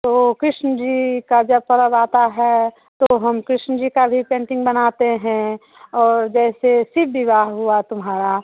तो कृष्ण जी का जब पर्व आता है तो हम कृष्ण जी का भी पेंटिंग बनाते हैं और जैसे शिव विवाह हुआ तुम्हारा